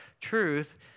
Truth